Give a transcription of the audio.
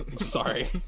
Sorry